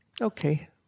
Okay